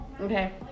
Okay